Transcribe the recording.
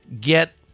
get